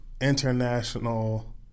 international